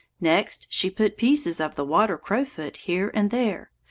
next she put pieces of the water-crowfoot here and there,